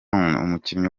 umukinnyi